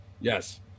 Yes